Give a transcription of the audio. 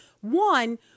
One